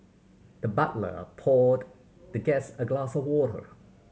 the butler poured the guest a glass of water